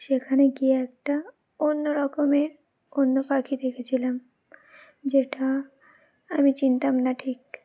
সেখানে গিয়ে একটা অন্য রকমের অন্য পাখি দেখেছিলাম যেটা আমি চিনতাম না ঠিক